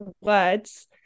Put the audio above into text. words